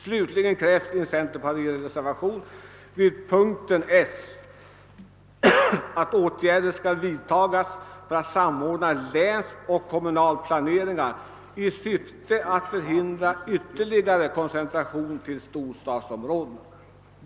Slutligen krävs i en centerreservation vid punkten S att åtgärder skall vidtas för att samordna länsoch kommunalplaneringen i syfte att förhindra ytterligare koncentration till storstadsområdena.